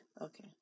Okay